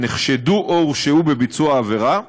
שנחשדו או הורשעו בביצוע עבירה,